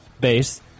base